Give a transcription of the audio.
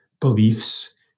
beliefs